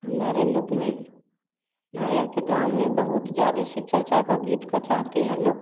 हमारे लोग में हमारे यहाँ के गाँव में बहुत ज़्यादा शिव चर्चा का गीत को चाहते हैं लोग